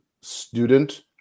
student